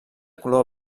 color